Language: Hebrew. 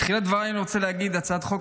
בתחילת דבריי אני רוצה להגיד שהצעת החוק